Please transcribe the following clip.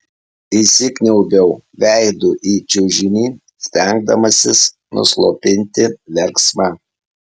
įsikniaubiau veidu į čiužinį stengdamasis nuslopinti verksmą